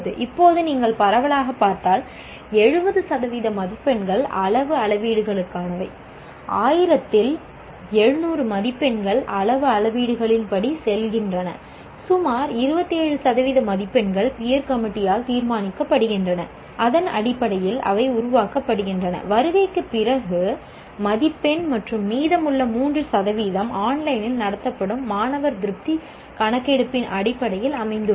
இப்போது நீங்கள் பரவலாகப் பார்த்தால் 70 சதவீத மதிப்பெண்கள் அளவு அளவீடுகளுக்கானவை 1000 இல் 700 மதிப்பெண்கள் அளவு அளவீடுகளின்படி செல்கின்றன சுமார் 27 சதவீத மதிப்பெண்கள் பியர் கமிட்டியால் தீர்மானிக்கப்படுகின்றன அதன் அடிப்படையில் அவை உருவாக்கப்படுகின்றன வருகைக்குப் பிறகு மதிப்பெண் மற்றும் மீதமுள்ள 3 சதவிகிதம் ஆன்லைனில் நடத்தப்படும் மாணவர் திருப்தி கணக்கெடுப்பின் அடிப்படையில் அமைந்துள்ளது